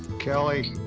kelly.